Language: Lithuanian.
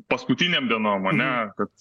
paskutinėm dienom ane kad